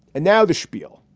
and now the spiel,